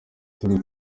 turi